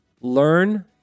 Learn